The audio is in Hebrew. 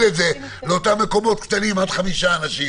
את זה לאותם מקומות קטנים עד חמישה אנשים.